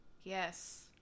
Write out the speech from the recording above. yes